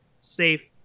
safe